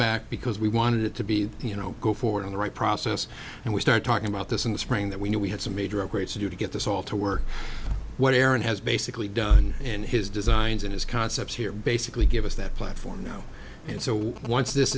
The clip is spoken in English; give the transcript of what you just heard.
back because we wanted it to be you know go forward in the right process and we start talking about this in the spring that we knew we had some major upgrades to do to get this all to work what aron has basically done in his designs and his concepts here basically give us that platform now and so once this